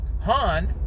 Han